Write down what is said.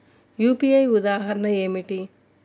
UPI ఉదాహరణ ఏమిటి?